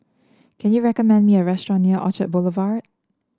can you recommend me a restaurant near Orchard Boulevard